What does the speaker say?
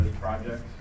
projects